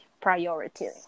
Priority